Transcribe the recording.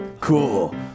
Cool